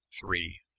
three